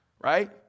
right